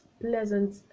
pleasant